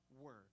word